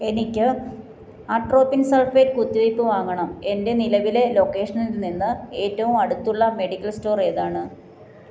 എനിക്ക് atropine sulphate കുത്തിവെയ്പ്പ് വാങ്ങണം എൻ്റെ നിലവിലെ ലൊക്കേഷനിൽനിന്ന് ഏറ്റവും അടുത്തുള്ള മെഡിക്കൽ സ്റ്റോർ ഏതാണ്